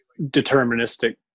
deterministic